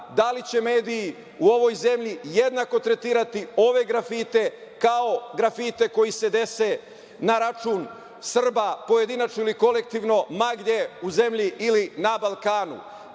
da li će mediji u ovoj zemlji jednako tretirati ove grafite kao grafite koji se dese na račun Srba, pojedinačno ili kolektivno, ma gde u zemlji ili na Balkanu. Dakle,